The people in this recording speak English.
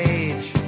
age